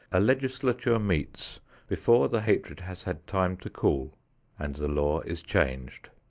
a legislature meets before the hatred has had time to cool and the law is changed.